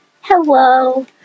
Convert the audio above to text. Hello